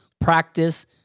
practice